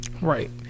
Right